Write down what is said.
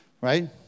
right